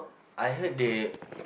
I heard they